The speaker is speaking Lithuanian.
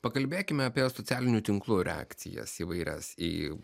pakalbėkime apie socialinių tinklų reakcijas įvairias į